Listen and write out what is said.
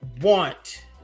want